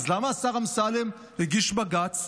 אז למה השר אמסלם הגיש בג"ץ?